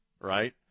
right